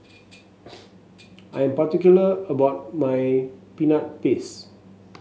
I am particular about my Peanut Paste